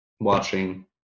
watching